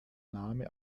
name